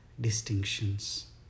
distinctions